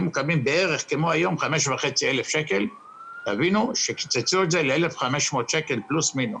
מקבלים 5,500 שקלים וקיצצו את זה ל-1,500 שקלים פלוס מינוס.